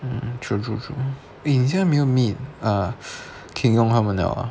mm true true true eh 你现在没有 meet uh keng yong 他们 liao ah